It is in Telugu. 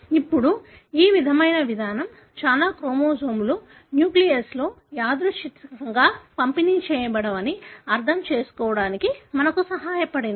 ఇప్పుడు ఈ విధమైన విధానం కూడా క్రోమోజోములు న్యూక్లియస్లో యాదృచ్ఛికంగా పంపిణీ చేయబడవని అర్థం చేసుకోవడానికి మనకు సహాయపడింది